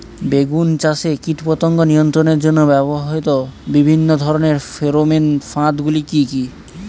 বেগুন চাষে কীটপতঙ্গ নিয়ন্ত্রণের জন্য ব্যবহৃত বিভিন্ন ধরনের ফেরোমান ফাঁদ গুলি কি কি?